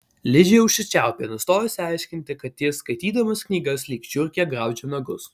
ližė užsičiaupė nustojusi aiškinti kad jis skaitydamas knygas lyg žiurkė graužia nagus